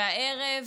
והערב